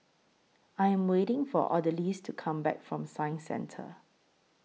I Am waiting For Odalys to Come Back from Science Centre